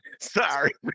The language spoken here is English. Sorry